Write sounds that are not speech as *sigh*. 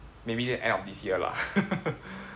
maybe the end of this year lah *laughs*